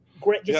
Great